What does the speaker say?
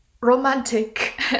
romantic